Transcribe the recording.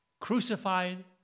crucified